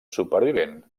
supervivent